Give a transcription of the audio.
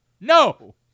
No